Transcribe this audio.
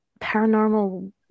paranormal